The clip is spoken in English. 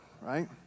right